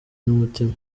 n’umutima